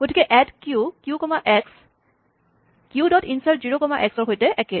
গতিকে add Q Q comma X Q dot insert zero comma এক্সৰ সৈতে একে